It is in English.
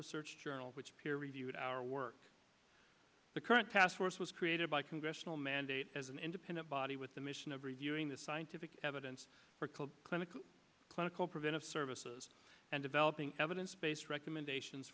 research journals which peer reviewed our work the current task force was created by congressional mandate as an independent body with the mission of reviewing the scientific evidence for cold clinical clinical preventive services and developing evidence based recommendations